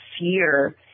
fear